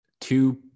two